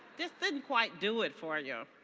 just didn't quite do it for you.